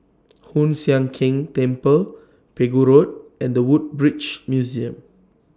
Hoon Sian Keng Temple Pegu Road and The Woodbridge Museum